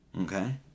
Okay